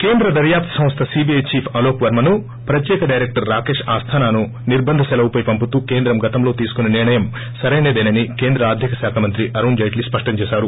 కేంద్ర దర్భాప్తు సంస్ట సీబీఐ చీఫ్ అలోక్ వర్మను ప్రత్యేక డైరెక్టర్ రాకేశ్ ఆస్టానాను నిర్భంధ సిలవుపై పంపుతూ కేంద్ర గతంలో తీసుకున్న నిర్ణయం సరైనదేనని కేంద్ర ఆర్దిక శాఖ మంత్రి అరుణ్ జైట్లీ స్పష్టం చేశారు